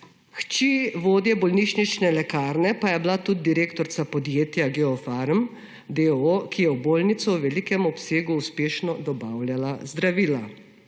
Hči vodje bolnišnične lekarne pa je bila tudi direktorica podjetja GoPHARM, d. o. o., ki je v bolnišnico v velikem obsegu uspešno dobavljala zdravila.